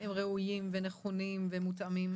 הם ראויים ונכונים ומותאמים